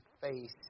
face